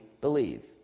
believe